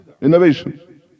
innovation